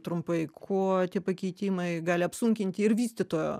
trumpai kuo tie pakeitimai gali apsunkinti ir vystytojo